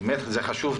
באמת זה חשוב.